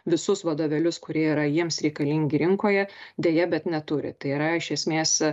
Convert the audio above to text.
visus vadovėlius kurie yra jiems reikalingi rinkoje deja bet neturi tai yra iš esmės